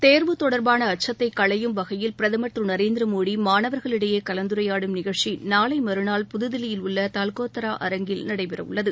தேர்வு தொடர்பான அச்சத்தைக் களையும் வகையில் பிரதமர் திரு நரேந்திர மோடி மாணவர்களிடையே கலந்துரையாடும் நிகழ்ச்சி நாளை மறுநாள் புதுதில்லியில் உள்ள தால்கத்தோரா அரங்கில் நடைபெறவுள்ளது